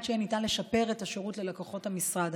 שניתן יהיה לשפר את השירות ללקוחות המשרד.